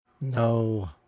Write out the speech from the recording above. No